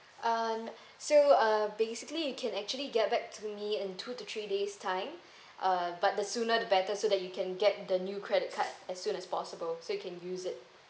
um so uh basically you can actually get back to me in two to three days time uh but the sooner the better so that you can get the new credit card as soon as possible so you can use it